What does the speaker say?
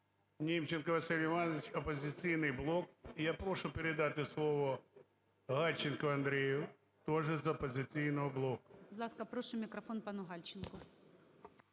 НімченкоВасиль Іванович, "Опозиційний блок". І я прошу передати словоГальченко Андрію, теж з "Опозиційного блоку".